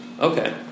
Okay